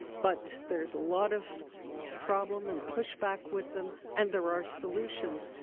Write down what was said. but there's a lot of problem and pushback with them. and there are solutions.